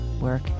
work